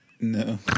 No